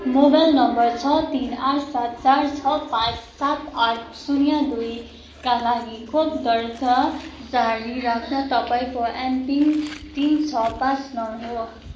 mobile number छ तिन आठ सात चार छ पाँच सात आठ शून्य दुईका लागि खोप दर्ता जारी राख्न तपाईँँको एमपिन तिन छ पाँच नौ हो